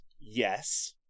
Yes